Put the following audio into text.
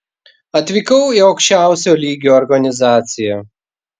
atvykau į aukščiausio lygio organizaciją